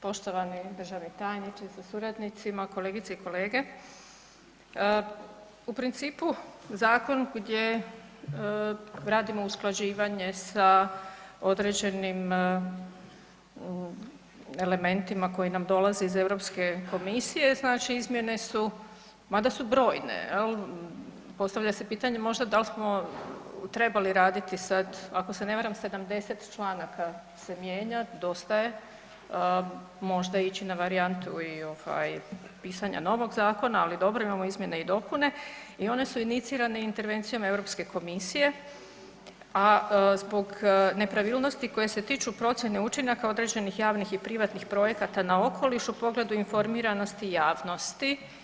Poštovani državni tajniče sa suradnicima, kolegice i kolege, u principu zakon gdje radimo usklađivanje sa određenim elementima koji nam dolaze iz Europske komisije, znači izmjene su, mada su brojne jel, postavlja se pitanje možda da li smo trebali raditi sad, ako se ne varam 70 članaka se mijenja, dosta je, možda ići na varijantu i ovaj pisanja novog zakona, ali dobro imamo izmjene i dopune i one su inicirane intervencijom Europske komisije, a zbog nepravilnosti koje se tiču procjene učinaka određenih javnih i privatnih projekata na okoliš u pogledu informiranja javnosti.